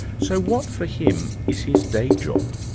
so what for him is his day job?